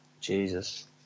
Jesus